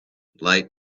light